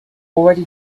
already